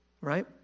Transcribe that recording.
Right